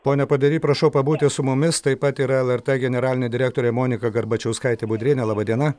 pone podery prašau pabūti su mumis taip pat yra lrt generalinė direktorė monika garbačiauskaitė budrienė laba diena